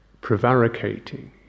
prevaricating